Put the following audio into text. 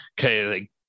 okay